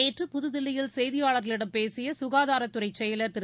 நேற்று புதுதில்லியில் செய்தியாளர்களிடம் பேசியசுகாதாரத்துறைசெயலர் திரு